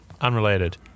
unrelated